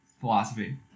philosophy